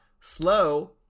slow